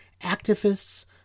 activists